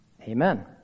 Amen